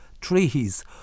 trees